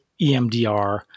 EMDR